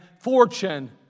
fortune